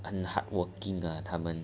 很 hardworking 的他们